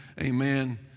amen